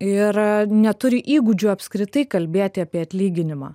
ir neturi įgūdžių apskritai kalbėti apie atlyginimą